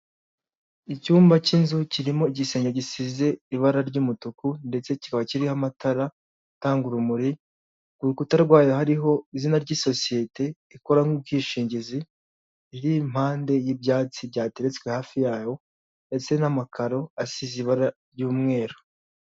Icyumba k'inzu kirimo igisenge gisize ibara ry'umutuku, ndetse kikaba kiriho amatara atanga urumuri, ku rukuta rwayo hariho izina ry'isosiyete ikora nk'ubwishingizi riri impande y'ibyatsi byatetswe hafi yaho, ndetse n'amakaro asize ibara ry'umweru.